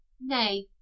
Nay